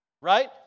Right